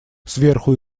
сверху